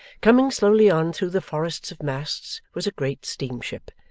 coming slowly on through the forests of masts was a great steamship,